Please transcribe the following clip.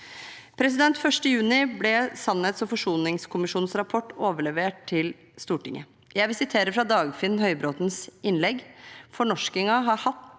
for 2024. 1. juni ble sannhets- og forsoningskommisjonens rapport overlevert til Stortinget. Jeg vil sitere fra Dagfinn Høybråtens innlegg: «Fornorskingen har hatt